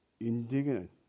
indignant